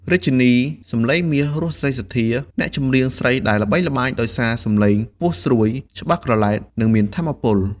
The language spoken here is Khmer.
រាជិនីសំឡេងមាស រស់ សេរីសុទ្ធា អ្នកចម្រៀងស្រីដែលល្បីល្បាញដោយសារសំឡេងខ្ពស់ស្រួយ ច្បាស់ក្រឡែត និងមានថាមពល។